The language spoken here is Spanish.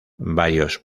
varios